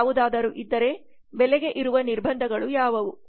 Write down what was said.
ಯಾವುದಾದರೂ ಇದ್ದರೆ ಬೆಲೆಗೆ ಇರುವ ನಿರ್ಬಂಧಗಳು ಯಾವುವು